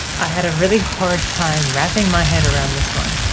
i had a really hard time wrapping my head around this one,